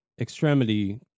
extremity